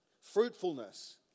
Fruitfulness